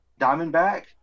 Diamondback